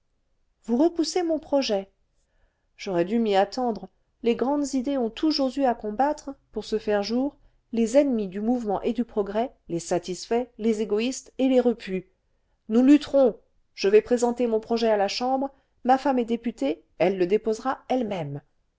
vous repoussez mon projet j'aurais dû m'y attendre les ont toujours eu à combattre pour se faire jour les ennemis du mouvement et du progrès les satisfaits les égoïstes et les repus nous lutterons je vais présenter mon projet à la chambre ma femme est députée elle le déposera elle-même